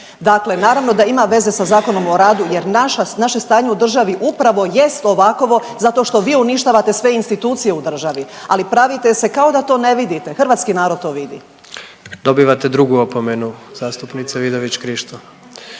Dakle, naravno da ima veze sa ZOR-om jer naše stanje u državi upravo jest ovakovo zato što vi uništavate sve institucije u državi, ali pravite se kao da to ne vidite, hrvatski narod to vidi. **Jandroković, Gordan (HDZ)** Dobivate 2. opomenu zastupnice Vidović Krišto.